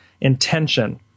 intention